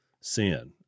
sin